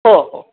हो हो